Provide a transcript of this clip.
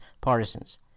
partisans